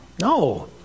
No